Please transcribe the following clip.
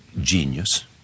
genius